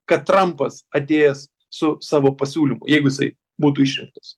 kad trampas atėjęs su savo pasiūlymu jeigu jisai būtų išrinktas